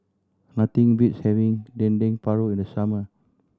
nothing beats having Dendeng Paru in the summer